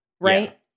right